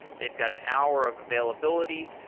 they've got an hour of availability.